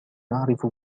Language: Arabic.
يعرف